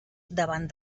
davant